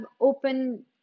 open